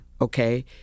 okay